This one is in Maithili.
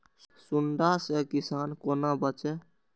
सुंडा से किसान कोना बचे?